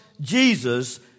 Jesus